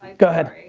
go ahead.